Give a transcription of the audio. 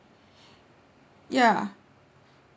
ya